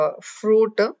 Fruit